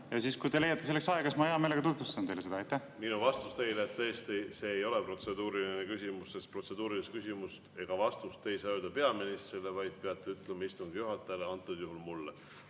ei ole. Kui te leiate selleks aega, siis ma hea meelega tutvustan teile seda. Minu vastus teile: tõesti, see ei ole protseduuriline küsimus, sest protseduurilist küsimust ega vastust ei saa öelda peaministrile, vaid peate ütlema istungi juhatajale, antud juhul mulle. Martin